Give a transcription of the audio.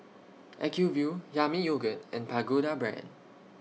Acuvue Yami Yogurt and Pagoda Brand